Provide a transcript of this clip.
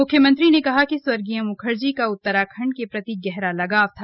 मुख्यमंत्री ने कहा कि स्वर्गीय मुखर्जी का उत्तराखंड के प्रति गहरा लगाव था